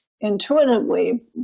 intuitively